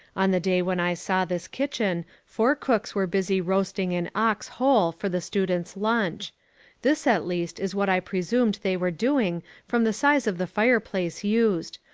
on the day when i saw this kitchen, four cooks were busy roasting an ox whole for the students' lunch this at least is what i presumed they were doing from the size of the fire-place used,